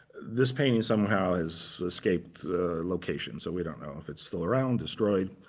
this painting somehow has escaped locations. so we don't know if it's still around destroyed,